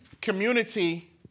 Community